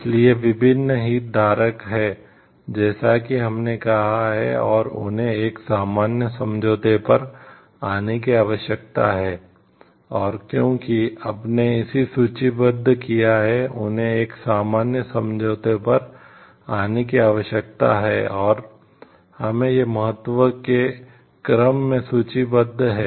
इसलिए विभिन्न हितधारक हैं जैसा कि हमने कहा है और उन्हें एक सामान्य समझौते पर आने की आवश्यकता है और क्योंकि आपने इसे सूचीबद्ध किया है उन्हें एक सामान्य समझौते पर आने की आवश्यकता है और हमें यह महत्व के क्रम में सूचीबद्ध है